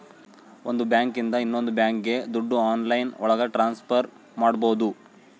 ಒಂದ್ ಬ್ಯಾಂಕ್ ಇಂದ ಇನ್ನೊಂದ್ ಬ್ಯಾಂಕ್ಗೆ ದುಡ್ಡು ಆನ್ಲೈನ್ ಒಳಗ ಟ್ರಾನ್ಸ್ಫರ್ ಮಾಡ್ಬೋದು